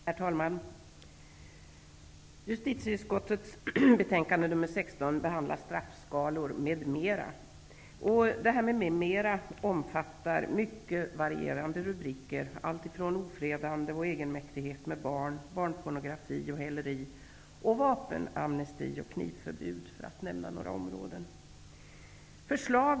Herr talman! Justitieutskottets betänkande nr 16 omfattar mycket varierade rubriker, alltifrån ofredande och egenmäktighet med barn, barnpornografi och häleri till vapenamnesti och knivförbud, för att nämna några områden.